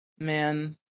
Man